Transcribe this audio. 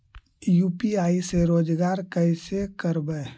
UPI से रोजगार कैसे करबय?